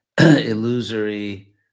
illusory